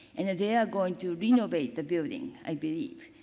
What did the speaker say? and they are going to renovate the building, i believe.